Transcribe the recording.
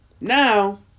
Now